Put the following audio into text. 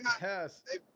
Yes